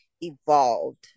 evolved